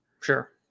Sure